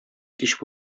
кич